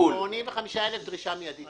85,000 דרישה מיידית.